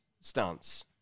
stance